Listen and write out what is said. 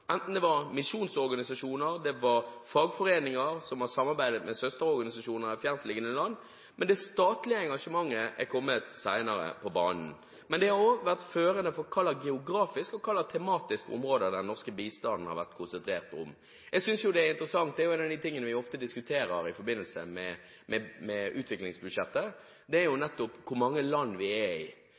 enten det var misjonsorganisasjoner eller det var fagforeninger som samarbeidet med søsterorganisasjoner i fjerntliggende land. Det statlige engasjementet er kommet senere på banen. Men det har også vært førende for hva slags geografisk og hva slags tematisk område den norske bistanden har vært konsentrert om. Det som er interessant, og som er en av de tingene vi ofte diskuterer i forbindelse med utviklingsbudsjettet, er nettopp hvor mange land vi opererer i. Men grunnen til at vi er i